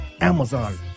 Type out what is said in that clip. Amazon